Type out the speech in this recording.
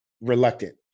reluctant